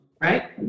Right